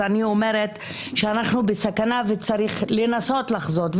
אז אני אומרת שאנחנו בסכנה וצריך לנסות לחזות.